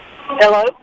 Hello